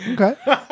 Okay